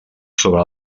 sobre